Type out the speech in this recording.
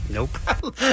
Nope